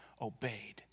obeyed